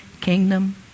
kingdom